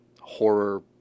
horror